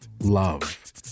love